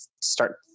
start